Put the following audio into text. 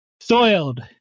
Soiled